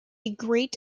great